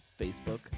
Facebook